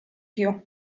più